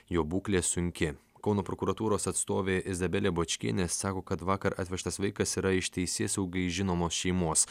jo būklė sunki kauno prokuratūros atstovė izabelė bočkienė sako kad vakar atvežtas vaikas yra iš teisėsaugai žinomos šeimos